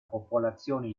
popolazione